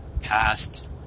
past